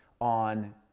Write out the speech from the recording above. on